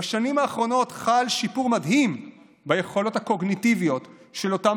בשנים האחרונות חל שיפור מדהים ביכולות הקוגניטיביות של אותם